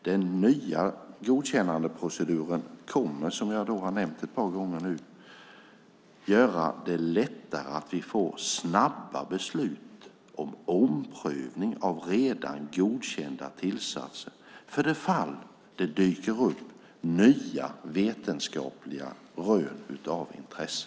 Den nya godkännande proceduren kommer, som jag nu har nämnt ett par gånger, att göra det lättare att få snabba beslut om omprövning av redan godkända tillsatser för det fall det dyker upp nya vetenskapliga rön av intresse.